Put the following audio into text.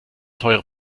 teure